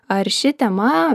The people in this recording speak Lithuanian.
ar ši tema